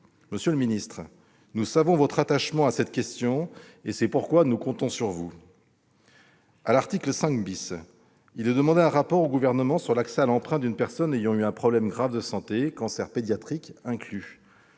Monsieur le secrétaire d'État, nous savons votre attachement à cette question et c'est pourquoi nous comptons sur vous. À l'article 5 , il est demandé un rapport au Gouvernement sur l'accès à l'emprunt d'une personne ayant eu un problème grave de santé, cancer pédiatrique inclus.